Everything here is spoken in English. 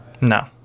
No